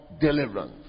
deliverance